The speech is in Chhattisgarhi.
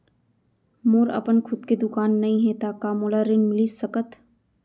मोर अपन खुद के दुकान नई हे त का मोला ऋण मिलिस सकत?